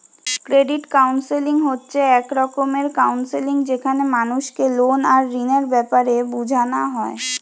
credit counselling হচ্ছে এক রকমের কাউন্সেলিং যেখানে মানুষকে লোন আর ঋণের বেপারে বুঝানা হয়